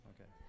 Okay